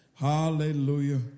Hallelujah